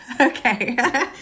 Okay